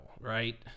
right